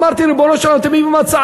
אמרתי: ריבונו של עולם, תביאו הצעה.